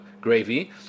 gravy